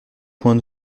point